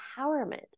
empowerment